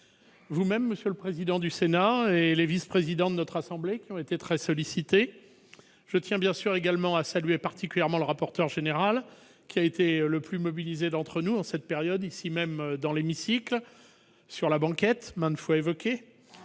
vous-même, monsieur le président du Sénat, ainsi que les vice-présidents de notre assemblée, qui ont été très sollicités. Je salue particulièrement M. le rapporteur général, qui a été le plus mobilisé d'entre nous en cette période, ici même dans l'hémicycle, sur la banquette maintes fois évoquée,